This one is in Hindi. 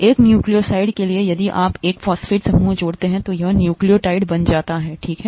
एक न्यूक्लियोसाइड के लिए यदि आप एक फॉस्फेट समूह जोड़ते हैं तो यह न्यूक्लियोटाइड बन जाता है ठीक है